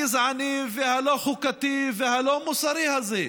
הגזעני והלא-חוקתי והלא-מוסרי הזה.